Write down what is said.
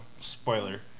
spoiler